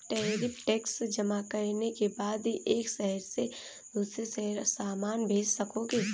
tariff tax जमा करने के बाद ही एक शहर से दूसरे शहर सामान भेज सकोगे